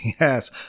yes